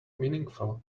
meaningful